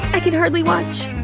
i can hardly watch!